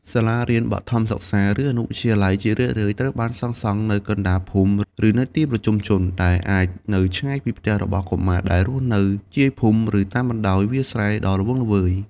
សាលារៀនបឋមសិក្សា ឬអនុវិទ្យាល័យ ជារឿយៗត្រូវបានសាងសង់នៅកណ្តាលភូមិ ឬនៅទីប្រជុំជន ដែលអាចនៅឆ្ងាយពីផ្ទះរបស់កុមារដែលរស់នៅជាយភូមិ ឬតាមបណ្តោយវាលស្រែដ៏ល្វឹងល្វើយ។